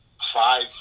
five